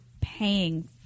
paying